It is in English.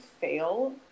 fail